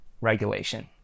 regulation